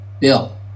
Bill